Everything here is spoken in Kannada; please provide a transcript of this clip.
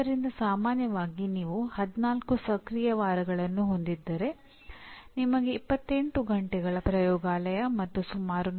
ಉದಾಹರಣೆಗೆ ಯುಎಸ್ಎಗೆ ಎಂದರೇನು ಎಂಬುದರ ಕುರಿತು ನಾವು ಈಗ ಚಿಂತಿಸಬಾರದು